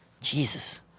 Jesus